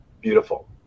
beautiful